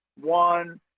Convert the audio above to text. one